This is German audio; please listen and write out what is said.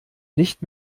nicht